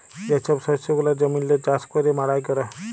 যে ছব শস্য গুলা জমিল্লে চাষ ক্যইরে মাড়াই ক্যরে